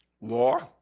law